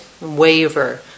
waver